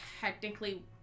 technically